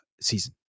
season